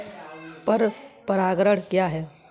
पर परागण क्या है?